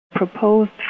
proposed